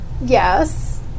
Yes